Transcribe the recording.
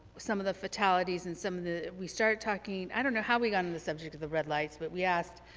some of the fatalities and some of the we started talking i don't know how we got on the subject of the red lights but we asked